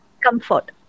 comfort